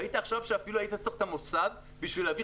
ראית עכשיו שאפילו היית צריך את המוסד בשביל להביא